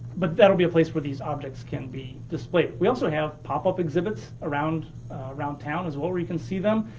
but that'll be a place where these objects can be displayed. we also have pop-up exhibits around around town, as well, where you can see them.